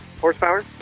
horsepower